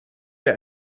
wir